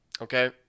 Okay